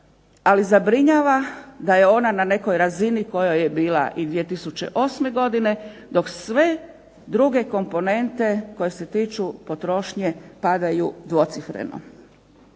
ali zabrinjava da je ona na nekoj razini kojoj je bila i 2008. godine, dok sve druge komponente koje se tiču potrošnje padaju dvocifreno.